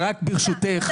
ברשותך,